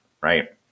right